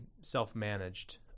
self-managed